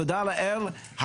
תודה לאל,